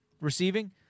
receiving